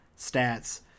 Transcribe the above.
stats